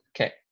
Okay